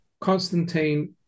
Constantine